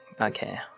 Okay